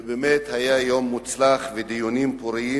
ובאמת היה יום מוצלח והיו דיונים פוריים.